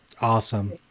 Awesome